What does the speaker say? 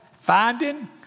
Finding